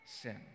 sin